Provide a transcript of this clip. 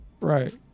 Right